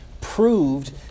proved